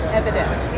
evidence